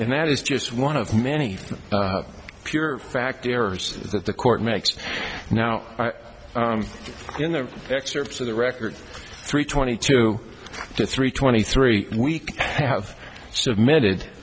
and that is just one of many pure fact errors that the court makes now in the excerpts of the record three twenty two three twenty three week have submitted